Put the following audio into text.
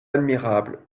admirables